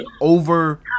over